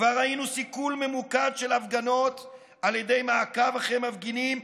כבר ראינו סיכול ממוקד של הפגנות על ידי מעקב אחרי מפגינים,